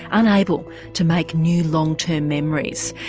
unable to make new long term memories.